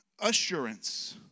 assurance